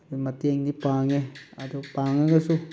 ꯃꯇꯦꯡꯗꯤ ꯄꯥꯡꯉꯦ ꯑꯗꯨ ꯄꯥꯡꯉꯒꯁꯨ